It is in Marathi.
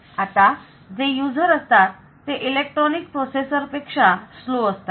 आता जे युजर असतात ते इलेक्ट्रॉनिक प्रोसेसर पेक्षा संथ असतात